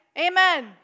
Amen